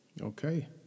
Okay